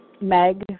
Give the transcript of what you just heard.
Meg